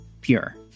pure